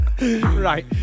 Right